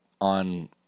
on